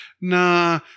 nah